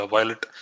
Violet